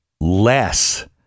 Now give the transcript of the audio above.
less